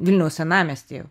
vilniaus senamiestyje